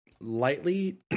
lightly